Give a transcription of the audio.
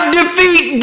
defeat